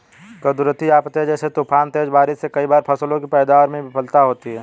कुदरती आफ़ते जैसे तूफान, तेज बारिश से कई बार फसलों की पैदावार में विफलता होती है